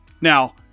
Now